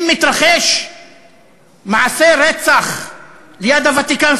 אם מתרחש מעשה רצח ליד הוותיקן,